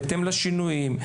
בהתאם לשינויים,